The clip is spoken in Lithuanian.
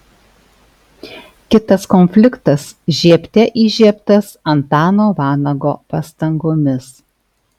kitas konfliktas žiebte įžiebtas antano vanago pastangomis